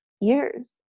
years